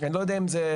אני לא יודע אם זה,